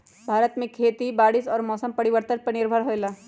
भारत में खेती बारिश और मौसम परिवर्तन पर निर्भर होयला